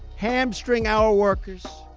hamstring our workers,